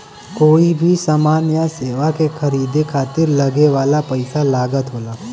कोई भी समान या सेवा के खरीदे खातिर लगे वाला पइसा लागत होला